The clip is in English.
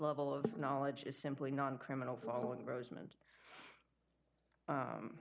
level of knowledge is simply non criminal following rosemon